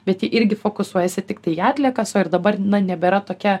bet ji irgi fokusuojasi tiktai į atliekas o ir dabar nebėra tokia